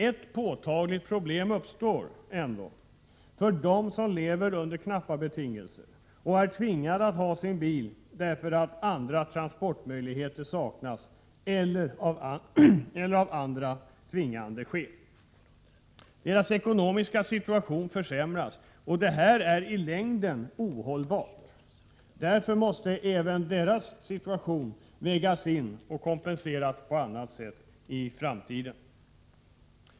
Ett påtagligt problem uppstår ändå för dem som lever under knappa betingelser och som måste ha sin bil därför att andra transportmöjligheter saknas, eller av andra tvingande skäl. Deras ekonomiska situation försämras, och detta är i längden ohållbart. Därför måste även deras situation vägas in, och de måste kompenseras på annat sätt i framtiden.